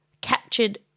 captured